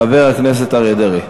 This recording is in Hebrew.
חבר הכנסת אריה דרעי.